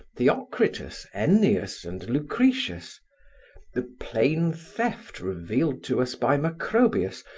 theocritus, ennius and lucretius the plain theft, revealed to us by macrobius,